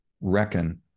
reckon